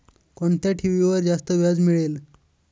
कोणत्या ठेवीवर जास्त व्याज मिळेल?